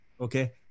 okay